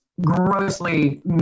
grossly